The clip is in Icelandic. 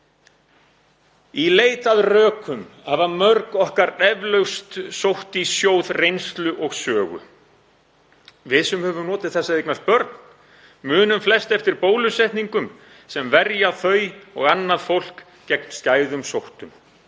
Í leit að rökum hafa mörg okkar eflaust sótt í sjóð reynslu og sögu. Við sem höfum notið þess að eignast börn munum flest eftir bólusetningum sem verja þau og annað fólk gegn skæðum sóttum.